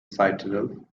citadel